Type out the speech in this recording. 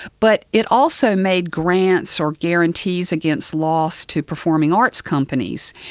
but it also made grants or guarantees against loss to performing arts companies.